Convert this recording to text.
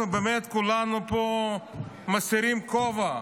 אנחנו באמת כולנו פה מסירים את הכובע.